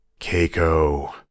Keiko